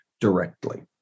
directly